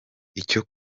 icyo